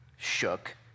shook